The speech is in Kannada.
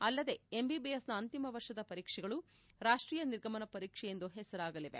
ಅಲ್ಲದೆ ಎಂಬಿಬಿಎಸ್ನ ಅಂತಿಮ ವರ್ಷದ ಪರೀಕ್ಷೆಗಳು ರಾಷ್ತೀಯ ನಿರ್ಗಮನ ಪರೀಕ್ಷೆ ಎಂದು ಹೆಸರಾಗಲಿದೆ